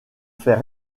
fait